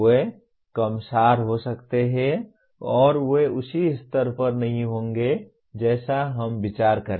वे कम सार हो सकते हैं और वे उसी स्तर पर नहीं होंगे जैसा हम विचार करेंगे